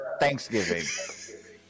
Thanksgiving